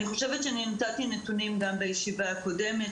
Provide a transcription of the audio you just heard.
אני חושבת שאני נתתי נתונים גם בישיבה הקודמת,